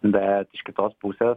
bet iš kitos pusės